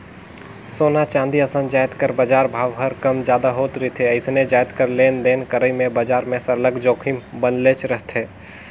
सोना, चांदी असन जाएत कर बजार भाव हर कम जादा होत रिथे अइसने जाएत कर लेन देन करई में बजार में सरलग जोखिम बनलेच रहथे